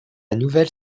nouvelle